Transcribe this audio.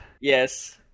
Yes